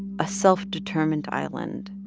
a self-determined island.